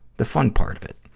the fun part of it.